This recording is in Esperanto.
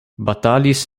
batalis